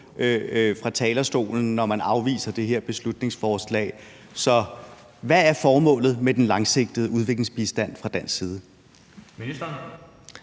med hensyn til, når man afviser det her beslutningsforslag. Så hvad er formålet med den langsigtede udviklingsbistand fra dansk side? Kl.